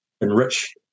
enrich